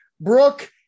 Brooke